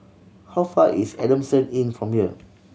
how far is Adamson Inn from here